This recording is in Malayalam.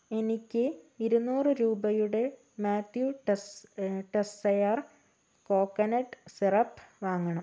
എനിക്ക് ഇരുനൂറ് രൂപയുടെ മാത്യൂ ടെസ്സ് ടെസ്സെയർ കോക്കനട്ട് സിറപ്പ് വാങ്ങണം